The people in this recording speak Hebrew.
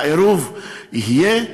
העירוב יהיה,